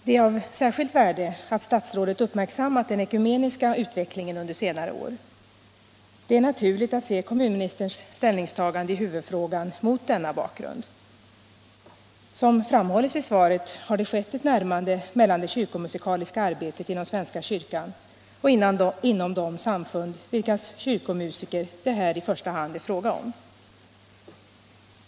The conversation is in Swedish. Det är av särskilt värde att statsrådet uppmärksammat den ekumeniska utvecklingen under senare år. Det är naturligt att se kommunministerns ställningstagande i huvudfrågan mot denna bakgrund. Som framhålls i svaret har det skett ett närmande av det kyrkomusikaliska arbetet inom svenska kyrkan och motsvarande arbete inom de samfund vilkas kyrkomusiker det här i första hand är fråga om.